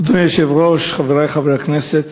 אדוני היושב-ראש, חברי חברי הכנסת,